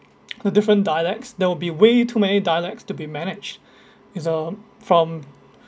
the different dialects that would be way too many dialects to be managed it's um from